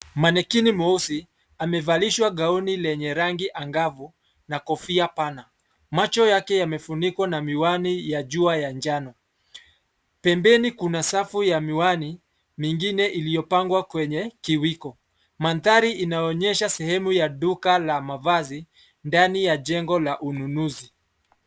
Manikini mweusi, amevalishwa gauni lenye rangi angavu, na kofia pana. Macho yake yamefunikwa na miwani ya jua ya njano. Pembeni kuna safu ya miwani, mingine iliyopangwa kwenye, kiwiko. Mandhari inaonyesha sehemu ya duka la mavazi, ndani ya jengo la ununuzi.